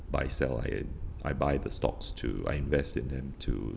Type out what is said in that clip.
buy-sell I I buy the stocks to I invest in them to